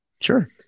sure